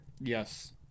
Yes